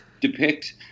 depict